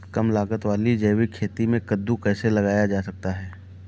कम लागत वाली जैविक खेती में कद्दू कैसे लगाया जा सकता है?